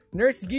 nurse